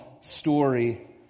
story